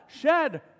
shed